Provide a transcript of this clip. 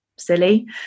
silly